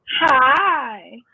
Hi